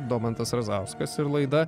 domantas razauskas ir laida